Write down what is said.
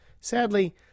Sadly